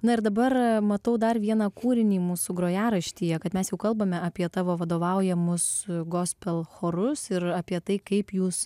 na ir dabar matau dar vieną kūrinį mūsų grojaraštyje kad mes jau kalbame apie tavo vadovaujamus gospel chorus ir apie tai kaip jūs